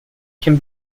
can